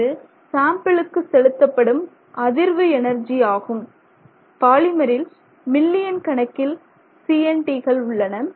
இது சாம்பிளுக்கு செலுத்தப்படும் அதிர்வு எனர்ஜி ஆகும் பாலிமரில் மில்லியன் கணக்கில் CNT கள் உள்ளன